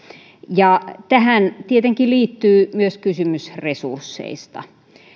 ja tähän tietenkin liittyy myös kysymys resursseista